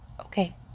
Okay